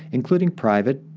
including private,